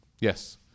Yes